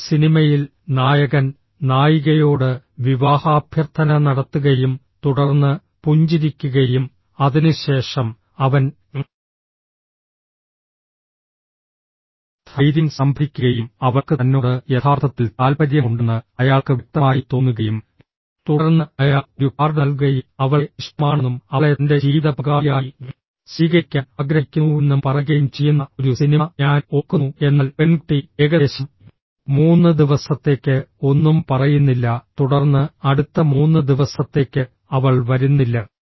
ഒരു സിനിമയിൽ നായകൻ നായികയോട് വിവാഹാഭ്യർത്ഥന നടത്തുകയും തുടർന്ന് പുഞ്ചിരിക്കുകയും അതിനുശേഷം അവൻ ധൈര്യം സംഭരിക്കുകയും അവൾക്ക് തന്നോട് യഥാർത്ഥത്തിൽ താൽപ്പര്യമുണ്ടെന്ന് അയാൾക്ക് വ്യക്തമായി തോന്നുകയും തുടർന്ന് അയാൾ ഒരു കാർഡ് നൽകുകയും അവളെ ഇഷ്ടമാണെന്നും അവളെ തന്റെ ജീവിതപങ്കാളിയായി സ്വീകരിക്കാൻ ആഗ്രഹിക്കുന്നുവെന്നും പറയുകയും ചെയ്യുന്ന ഒരു സിനിമ ഞാൻ ഓർക്കുന്നു എന്നാൽ പെൺകുട്ടി ഏകദേശം 3 ദിവസത്തേക്ക് ഒന്നും പറയുന്നില്ല തുടർന്ന് അടുത്ത 3 ദിവസത്തേക്ക് അവൾ വരുന്നില്ല